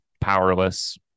powerless